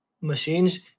machines